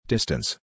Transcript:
Distance